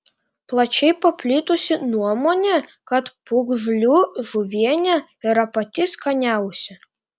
plačiai paplitusi nuomonė kad pūgžlių žuvienė yra pati skaniausia